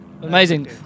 Amazing